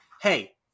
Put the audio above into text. hey